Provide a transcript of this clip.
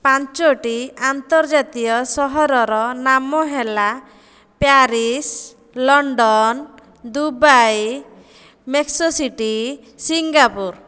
ପାଞ୍ଚଟି ଆନ୍ତର୍ଜାତୀୟ ସହରର ନାମ ହେଲା Paris London Dubai Mexico City Singapore